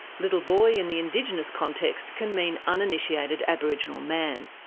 little boy in the indigenous context can mean uninitiated aboriginal man.